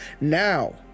Now